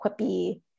quippy